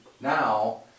Now